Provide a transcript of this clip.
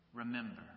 Remember